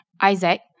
Isaac